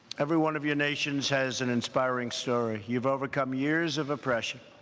every one of your nations has an inspiring story. you've overcame years of oppression,